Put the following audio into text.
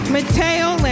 Mateo